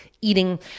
eating